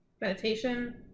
meditation